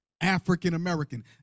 African-American